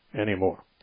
anymore